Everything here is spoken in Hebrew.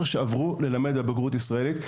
שעברו ללמד את תוכנית החינוך הישראלית.